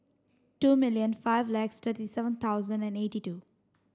two million five lakh thirty seven thousand and eighty two